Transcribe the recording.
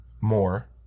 more